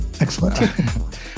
excellent